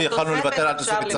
על תוספת אפשר לוותר.